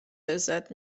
لذت